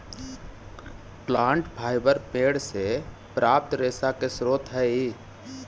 plant fibre पेड़ से प्राप्त रेशा के स्रोत हई